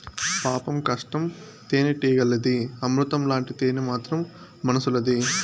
పాపం కష్టం తేనెటీగలది, అమృతం లాంటి తేనె మాత్రం మనుసులది